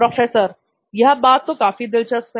professor यह तो काफी दिलचस्प है